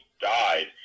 died